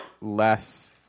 less